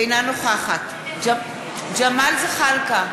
אינה נוכחת ג'מאל זחאלקה,